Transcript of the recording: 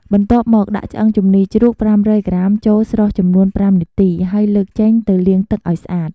បន្ទាប់មកដាក់ឆ្អឹងជំនីជ្រូក៥០០ក្រាមចូលស្រុះចំនួន៥នាទីហើយលើកចេញទៅលាងទឹកឱ្យស្អាត។